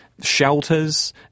shelters